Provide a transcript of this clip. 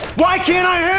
why can't i